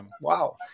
Wow